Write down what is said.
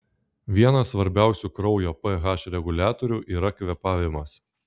vienas svarbiausių kraujo ph reguliatorių yra kvėpavimas